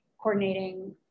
coordinating